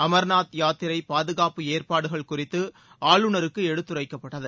அமர்நாத் யாத்திரை பாதுகாப்பு ஏற்பாடுகள் குறித்து ஆளுநருக்கு எடுத்துரைக்கப்பட்டது